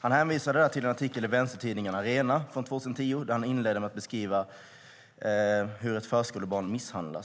Han hänvisade där till en artikel i vänstertidningen Arena från 2010, där han inledde med att beskriva hur ett förskolebarn misshandlas. Han